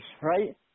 right